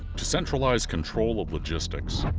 to centralize control of logistics,